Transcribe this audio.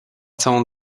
całą